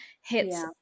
hits